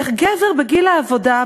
איך גבר בגיל העבודה,